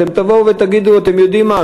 אתם תבואו ותגידו: אתם יודעים מה,